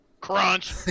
Crunch